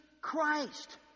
Christ